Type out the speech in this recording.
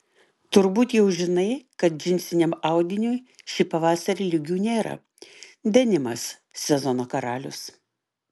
turbūt jau žinai kad džinsiniam audiniui šį pavasarį lygių nėra denimas sezono karalius